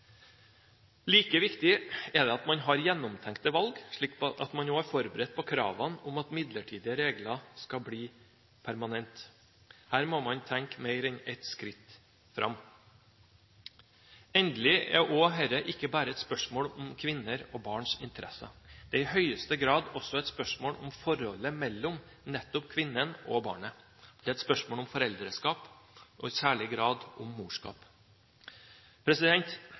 Like viktig er det at man har gjennomtenkte valg, slik at man nå er forberedt på kravene om at midlertidige regler skal bli permanente. Her må man tenke mer enn et skritt fram. Endelig er også dette ikke bare et spørsmål om kvinner og barns interesser. Det er i høyeste grad også et spørsmål om forholdet mellom nettopp kvinnen og barnet – det er et spørsmål om foreldreskap og i særlig grad om